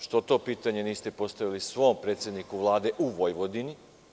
Što to pitanje niste postavili svom predsedniku Vlade u Vojvodini?